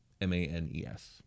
M-A-N-E-S